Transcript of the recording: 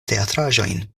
teatraĵojn